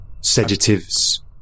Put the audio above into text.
Sedatives